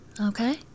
okay